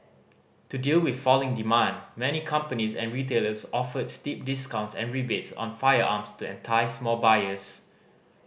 to deal with falling demand many companies and retailers offered steep discounts and rebates on firearms to entice more buyers